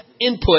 input